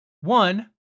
one